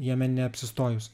jame neapsistojus